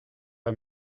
est